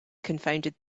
confounded